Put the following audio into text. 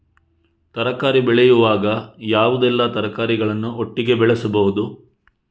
ತರಕಾರಿ ಬೆಳೆಯುವಾಗ ಯಾವುದೆಲ್ಲ ತರಕಾರಿಗಳನ್ನು ಒಟ್ಟಿಗೆ ಬೆಳೆಸಬಹುದು?